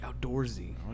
outdoorsy